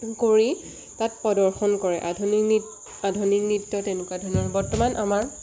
কৰি তাত প্ৰদৰ্শন কৰে আধুনিক আধুনিক নৃত্য তেনেকুৱা ধৰণৰ বৰ্তমান আমাৰ